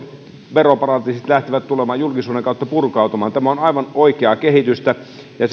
veroparatiisit lähtevät julkisuuden kautta purkautumaan tämä on aivan oikeaa kehitystä ja